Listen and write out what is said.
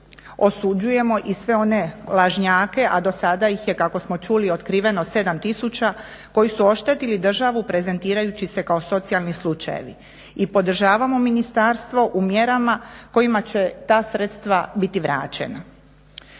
Osuđujemo i sve one lažnjake a do sada ih je kako smo čuli otkriveno 7 tisuća koji su oštetili državu prezentirajući se kao socijalni slučajevi. I podržavamo ministarstvo u mjerama kojima će ta sredstva biti vraćena.